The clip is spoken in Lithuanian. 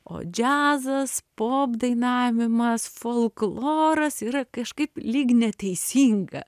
o džiazas pop dainavimas folkloras yra kažkaip lyg neteisinga